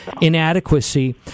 inadequacy